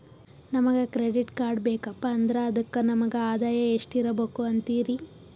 ನಮಗ credit card ಬೇಕಪ್ಪ ಅಂದ್ರ ಅದಕ್ಕ ನಮಗ ಆದಾಯ ಎಷ್ಟಿರಬಕು ಅಂತೀರಿ?